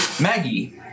Maggie